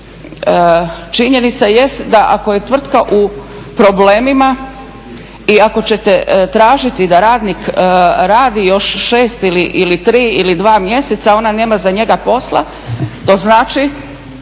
Činjenica jest da ako je tvrtka u problemima i ako ćete tražiti da radnik radi još šest ili tri ili dva mjeseca ona nema za njega posla to znači